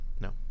No